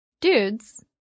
dudes